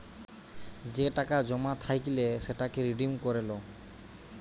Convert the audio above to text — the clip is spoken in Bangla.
যে টাকা জমা থাইকলে সেটাকে রিডিম করে লো